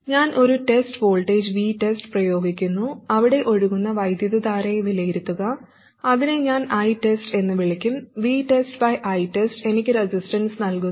ഞാൻ ഒരു test voltage VTEST പ്രയോഗിക്കുന്നു അവിടെ ഒഴുകുന്ന വൈദ്യുതധാരയെ വിലയിരുത്തുക അതിനെ ഞാൻ ITEST എന്ന് വിളിക്കും VTEST ബൈ ITEST എനിക്ക് റെസിസ്റ്റൻസ് നൽകുന്നു